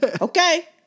Okay